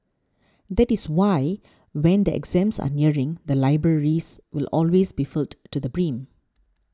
that is why when the exams are nearing the libraries will always be filled to the brim